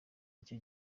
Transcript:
icyo